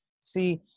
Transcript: See